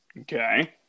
Okay